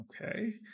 okay